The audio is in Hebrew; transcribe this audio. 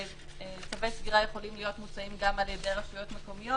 וצווי סגירה יכולים להיות מוצאים גם על ידי רשויות מקומיות.